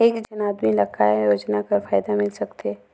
एक झन आदमी ला काय योजना कर फायदा मिल सकथे?